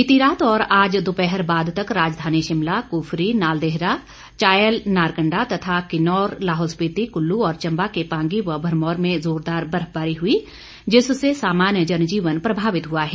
बीती रात और आज दोपहर बाद तक राजधानी शिमला कुफरी नालदेरा चायल नारकंडा तथा किन्नौर लाहौल स्पिति कुल्लू और चंबा के पांगी व भरमौर में जोरदार बर्फबारी हुई जिससे सामान्य जनजीवन प्रभावित हुआ है